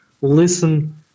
listen